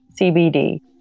CBD